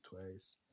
twice